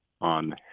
on